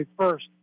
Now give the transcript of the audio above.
first